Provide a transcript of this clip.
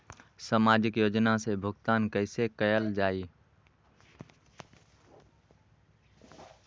सामाजिक योजना से भुगतान कैसे कयल जाई?